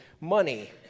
money